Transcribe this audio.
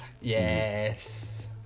Yes